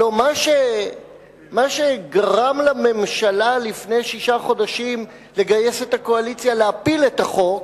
הרי מה שגרם לממשלה לפני שישה חודשים לגייס את הקואליציה להפיל את החוק,